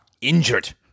injured